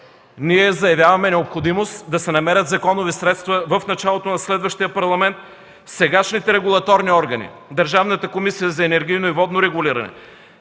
Заявяваме необходимост да се намерят законови средства в началото на следващия Парламент сегашните регулаторни органи – Държавната комисия за енергийно и водно регулиране;